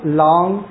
long